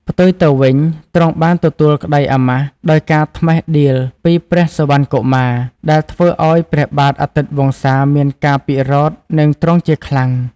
ផ្ទុយទៅវិញទ្រង់បានទទួលក្តីអាម៉ាសដោយការត្មិះដៀលពីព្រះសុវណ្ណកុមារ ដែលធ្វើឱ្យព្រះបាទអាទិត្យវង្សាមានការពិរោធនឹងទ្រង់ជាខ្លាំង។